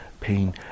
pain